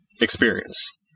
experience